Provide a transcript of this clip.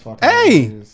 Hey